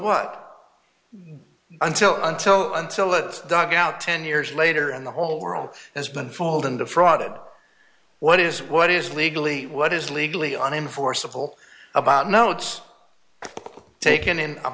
what until until until it dug out ten years later and the whole world has been fooled into fraud what is what is legally what is legally on enforceable about notes taken